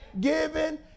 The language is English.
given